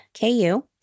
KU